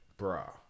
Bruh